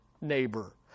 neighbor